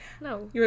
No